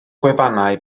gwefannau